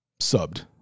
subbed